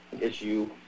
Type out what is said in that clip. issue